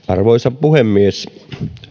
arvoisa puhemies